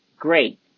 Great